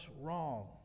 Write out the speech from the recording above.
wrong